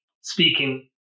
speaking